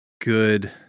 good